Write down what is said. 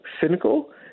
cynical